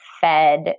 fed